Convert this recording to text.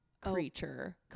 creature